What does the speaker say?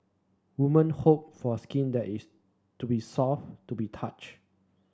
woman hope for skin that is to be soft to be touch